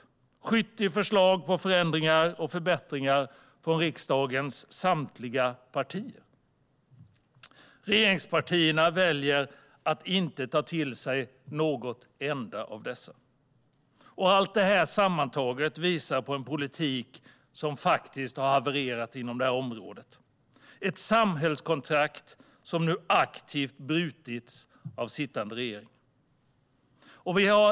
Det är 70 förslag på förändringar och förbättringar från riksdagens samtliga partier. Regeringspartierna väljer att inte ta till sig något enda av dessa. Allt detta sammantaget visar på en politik som faktiskt har havererat - ett samhällskontrakt som nu aktivt brutits av sittande regering.